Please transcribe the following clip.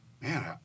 man